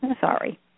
sorry